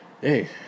Hey